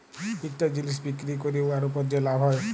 ইকটা জিলিস বিক্কিরি ক্যইরে উয়ার উপর যে লাভ হ্যয়